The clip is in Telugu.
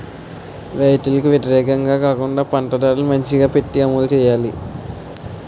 రైతులకు వ్యతిరేకంగా కాకుండా పంట ధరలు మంచిగా పెట్టి అమలు చేయాలి